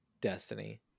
Destiny